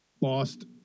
lost